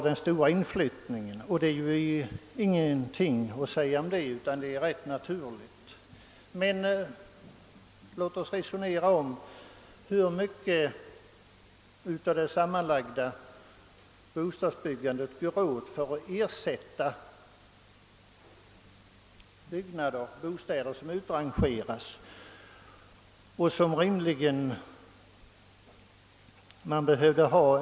Det är ingenting att säga om det. Men låt oss se på hur stor del av det sammanlagda bostadsbyggandet som går åt för att ersätta bostäder som utrangeras.